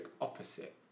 opposite